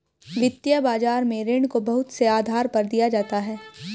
वित्तीय बाजार में ऋण को बहुत से आधार पर दिया जाता है